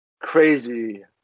crazy